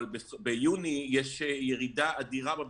אבל ביוני יש ירידה אדירה בביקוש,